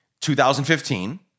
2015